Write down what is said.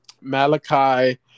Malachi